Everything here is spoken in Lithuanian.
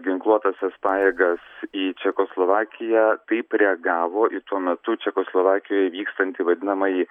ginkluotąsias pajėgas į čekoslovakiją taip reagavo į tuo metu čekoslovakijoj vykstantį vadinamąjį